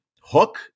hook